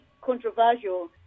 controversial